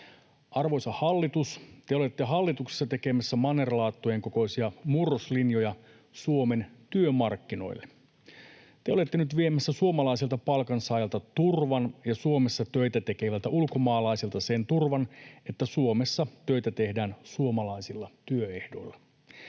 Arvoisa hallitus, te olette hallituksessa tekemässä mannerlaattojen kokoisia murroslinjoja Suomen työmarkkinoille. Te olette nyt viemässä suomalaiselta palkansaajalta turvan ja Suomessa töitä tekevältä ulkomaalaiselta sen turvan, että Suomessa töitä tehdään suomalaisilla työehdoilla.